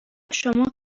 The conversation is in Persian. شما